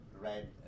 red